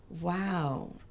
wow